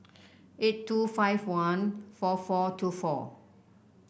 eight two five one four four two four